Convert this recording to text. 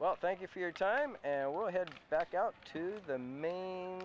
well thank you for your time and we'll head back out to the main